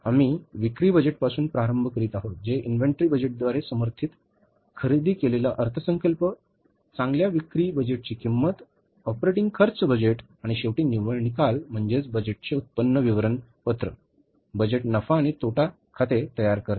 आम्ही विक्री बजेटपासून प्रारंभ करीत आहोत जे इन्व्हेंटरी बजेटद्वारे समर्थित खरेदी केलेल्या अर्थसंकल्प चांगल्या विक्री विक्री बजेटची किंमत ऑपरेटिंग खर्च बजेट आणि शेवटी निव्वळ निकाल म्हणजे बजेटचे उत्पन्न विवरणपत्र बजेट नफा आणि तोटा खाते तयार करते